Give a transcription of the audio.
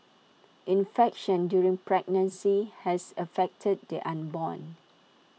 infection during pregnancy has affected the unborn